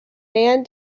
man